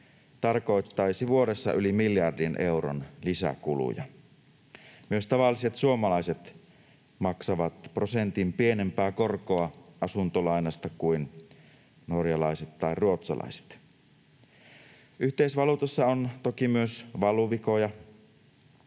tarkoittaisi vuodessa yli miljardin euron lisäkuluja. Myös tavalliset suomalaiset maksavat prosentin pienempää korkoa asuntolainasta kuin norjalaiset tai ruotsalaiset. Yhteisvaluutassa on toki myös valuvikoja.